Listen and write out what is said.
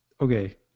Okay